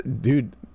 dude